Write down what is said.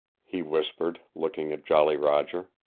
he whispered, looking at jolly roger,